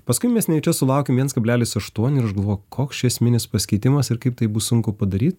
paskui mes nejučia sulaukėm viens kablelis aštuoni ir aš galvojau koks čia esminis pasikeitimas ir kaip tai bus sunku padaryt